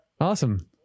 awesome